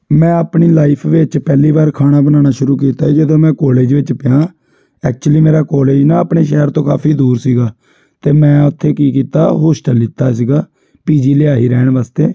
ਮੈਂ ਆਪਣੀ ਲਾਈਫ਼ ਵਿੱਚ ਪਹਿਲੀ ਵਾਰ ਖਾਣਾ ਬਣਾਉਣਾ ਸ਼ੁਰੂ ਕੀਤਾ ਜਦੋਂ ਮੈਂ ਕੋਲਜ ਵਿੱਚ ਪਿਆ ਐਕਚਲੀ ਮੇਰਾ ਕੋਲਜ ਨਾ ਆਪਣੇ ਸ਼ਹਿਰ ਤੋਂ ਕਾਫ਼ੀ ਦੂਰ ਸੀਗਾ ਅਤੇ ਮੈਂ ਉੱਥੇ ਕੀ ਕੀਤਾ ਹੋਸਟਲ ਲਿੱਤਾ ਸੀਗਾ ਪੀ ਜੀ ਲਿਆ ਸੀ ਰਹਿਣ ਵਾਸਤੇ